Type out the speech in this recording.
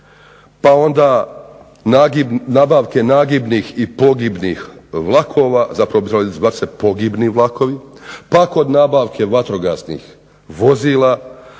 pa onda nabavke nagibnih i pogibnih vlakova. Za to bi trebali …/Ne razumije se./… pogibni vlakovi. Pa kod nabavke vatrogasnih vozila,